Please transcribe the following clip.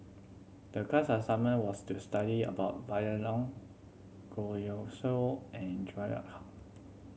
the class assignment was to study about Violet Oon Goh Siew and